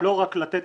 לא רק לתת